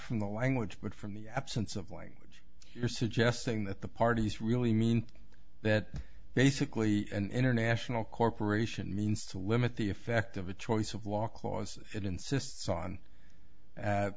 from the language but from the absence of language you're suggesting that the parties really mean that basically an international corporation means to limit the effect of a choice of law clause it insists on